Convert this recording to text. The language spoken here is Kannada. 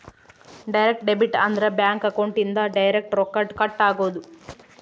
ಡೈರೆಕ್ಟ್ ಡೆಬಿಟ್ ಅಂದ್ರ ಬ್ಯಾಂಕ್ ಅಕೌಂಟ್ ಇಂದ ಡೈರೆಕ್ಟ್ ರೊಕ್ಕ ಕಟ್ ಆಗೋದು